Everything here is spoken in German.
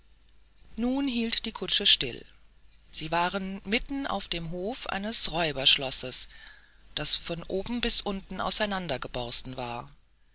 nun hielt die kutsche still sie waren mitten auf dem hofe eines räuberschlosses das von oben bis unten auseinander geborsten war